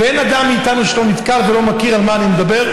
ואין אדם מאיתנו שלא נתקל ולא מכיר על מה אני מדבר,